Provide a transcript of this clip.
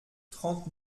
trente